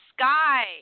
Sky